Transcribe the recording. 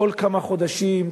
כל כמה חודשים,